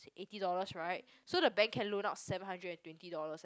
eighty dollars right so the bank can loan out seven hundred and twenty dollars